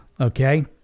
Okay